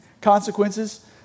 consequences